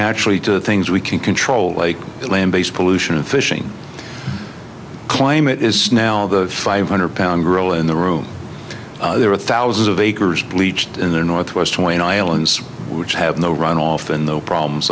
naturally to the things we can control like land based pollution and fishing claim it is now the five hundred pound gorilla in the room there are thousands of acres bleached in the north west point iowans which have no runoff in the problems